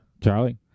Charlie